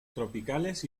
tropicales